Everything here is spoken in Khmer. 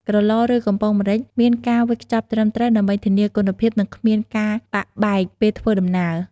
ក្រឡ ឬ កំប៉ុងម្រេចមានការវេចខ្ចប់ត្រឹមត្រូវ ដើម្បីធានាគុណភាព និងគ្មានការបាក់បែកពេលធ្វើដំណើរ។